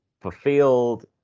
fulfilled